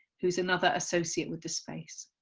who is another associate with the space.